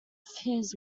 his